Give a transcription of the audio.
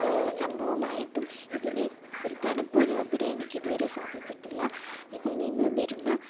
സംഭവം ആയിട്ടും ഇതിന് ഒരു തണുപ്പനുഭവപ്പെടാന് എനിക്കിതുവരെ സാധിച്ചിട്ടില്ല ഇതില് നിന്ന് വരുന്ന